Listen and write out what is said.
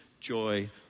joy